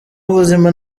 w’ubuzima